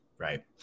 Right